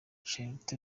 charlotte